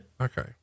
Okay